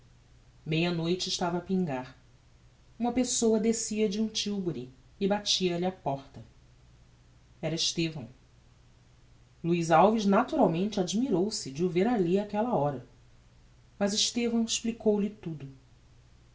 noite estava a pingar uma pessoa descia de um tibury e batia-lhe á porta era estevão luiz alves naturalmente admirou-se de o ver alli áquella hora mas estevão explicou-lhe tudo